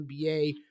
NBA